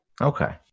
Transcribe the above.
Okay